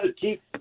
keep